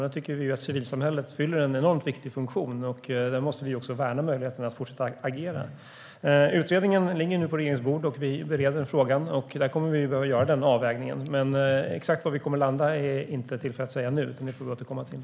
Civilsamhället fyller en enormt viktig funktion. Där måste vi också värna möjligheterna att fortsätta att agera. Utredningen ligger nu på regeringens bord, och vi bereder frågan. Vi kommer att behöva göra en avvägning. Exakt var vi kommer att landa är inte tillfälle att säga nu, utan det får vi återkomma till.